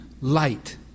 light